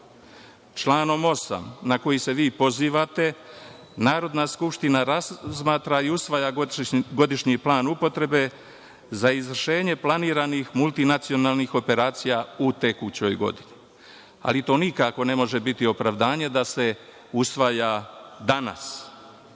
plan. Članom 8. na koji se vi pozivate, Narodna skupština razmatra i usvaja godišnji plan upotrebe za izvršenje planiranih multinacionalnih operacija u tekućoj godini, ali to nikako ne može biti opravdanje da se usvaja danas,